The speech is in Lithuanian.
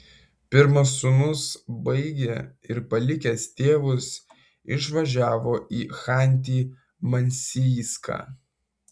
pirmas sūnus baigė ir palikęs tėvus išvažiavo į chanty mansijską